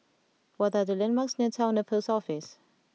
what are the landmarks near Towner Post Office